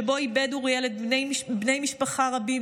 שבו איבד אוריאל בני משפחה רבים,